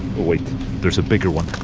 wait there's a bigger one,